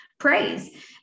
praise